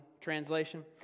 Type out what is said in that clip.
translation